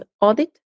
audit